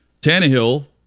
Tannehill